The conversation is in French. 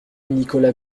nicolas